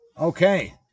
Okay